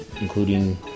including